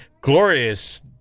glorious